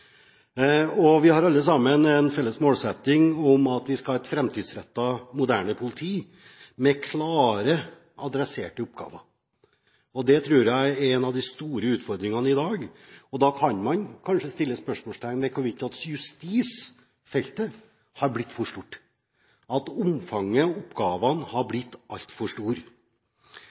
Vi har alle sammen en felles målsetting om at vi skal ha et framtidsrettet, moderne politi med klare, adresserte oppgaver. Det tror jeg er en av de store utfordringene i dag, og da kan man kanskje sette spørsmålstegn ved hvorvidt justisfeltet har blitt for stort – at omfanget og oppgavene har blitt altfor store.